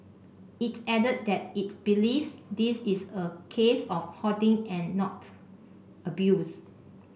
it added that it believes this is a case of hoarding and not abuse